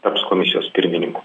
taps komisijos pirmininku